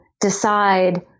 decide